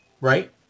right